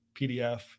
PDF